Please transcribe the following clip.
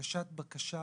הגשת בקשה